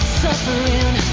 suffering